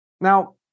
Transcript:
Now